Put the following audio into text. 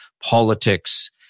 politics